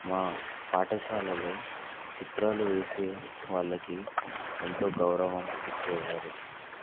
మా పాఠశాలలో చిత్రాలు వేసే వాళ్ళకి ఎంతో గౌరవం ఇచ్చేవారు